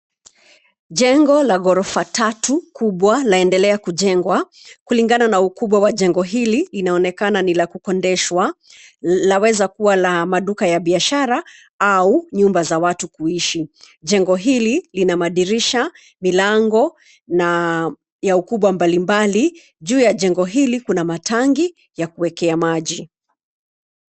Jengo la ghorofa tatu kubwa laendelea kujengwa. Kulingana na ukubwa wa jengo hili, inaonekana ni la kukondeshwa laweza kuwa la maduka ya biashara au nyumba za watu kuishi. Jengo hili lina madirisha, milango na ya ukubwa mbalimbali. Juu ya jengo hili kuna matangi ya kuwekea maji.